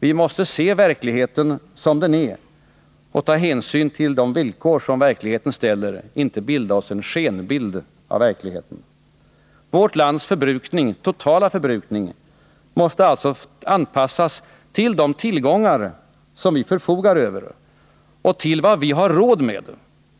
Vi måste se verkligheten som den är och ta hänsyn till de villkor som verkligheten ställer, inte göra oss en skenbild av verkligheten. Vårt lands totala förbrukning måste alltså anpassas till de tillgångar som vi förfogar över och till vad vi har råd med.